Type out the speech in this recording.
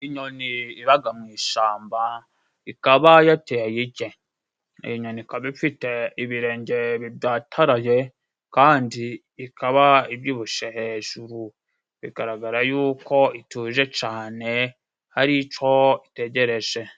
Inyoni ibaga mu ishamba ikaba yateye igi, iyi nyoni ikaba ifite ibirenge bibyataraye kandi ikaba ibyibushe hejuru, bigaragara yuko ituje cane hari ico itegereje.